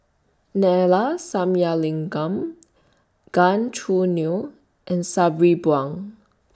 Neila Sathyalingam Gan Choo Neo and Sabri Buang